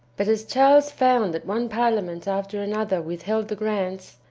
but as charles found that one parliament after another withheld the grants,